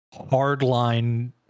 hardline